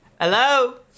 Hello